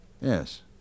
Yes